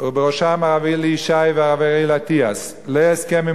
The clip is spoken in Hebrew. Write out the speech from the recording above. ובראשה הרב אלי ישי והרב אריאל אטיאס להסכם עם